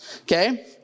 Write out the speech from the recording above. Okay